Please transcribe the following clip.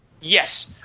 Yes